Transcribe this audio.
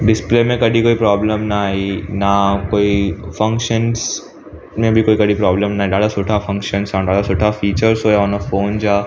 display में कॾहिं कोई प्रॉब्लम न आई ना कोई फ़ंक्शन्स में बि कॾी कोई प्रॉब्लम न ॾाढा सुठा फ़ंक्शन आहे ॾाढा सुठा फिचर्स हुआ हुन फ़ोन जा